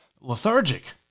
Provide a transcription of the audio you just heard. lethargic